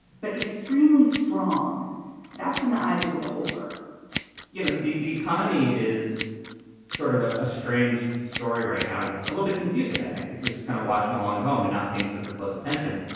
but extremely strong that's in the eyes of the beholder you know, the the economy is sort of ah a strange story right now, and it's a little bit confusing. i think if you're just kind of watching along at home and not paying super close attention,